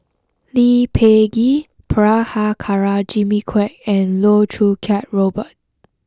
Lee Peh Gee Prabhakara Jimmy Quek and Loh Choo Kiat Robert